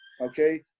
Okay